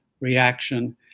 reaction